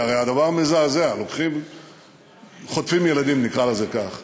כי הרי הדבר מזעזע: חוטפים ילדים, נקרא לזה כך,